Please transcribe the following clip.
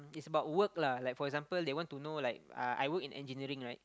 it's about work lah like for example they want to know like uh I work in engineering right